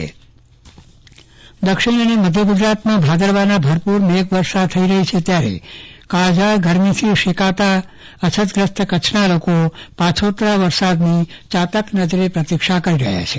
ચંદ્રવદન પટ્ટણી વરસાદી ઝાપટા દરિયા અને મધ્ય્ ગુજરાતમાં ભાદરવામાં ભરપુર મેઘવર્ષા થઈ રહી છે ત્યારે કાળઝાળ ગરમીથી શેકાતા કચ્છનાલોકો પાછોતરા વરસાદની ચાતક નજરે પ્રતિક્ષા કરી રહ્યા છે